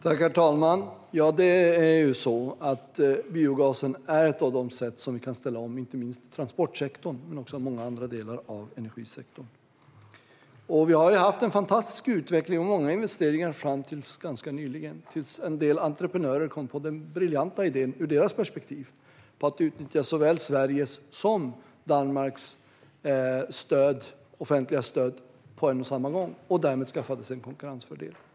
Herr talman! Biogasen är en av de saker som kan ställa om transportsektorn men också många andra delar av energisektorn. Vi har haft en fantastisk utveckling med många investeringar fram till ganska nyligen, då en del entreprenörer kom på den briljanta idén - ur deras perspektiv - att utnyttja såväl Sveriges som Danmarks offentliga stöd på en och samma gång och därmed skaffa sig en konkurrensfördel.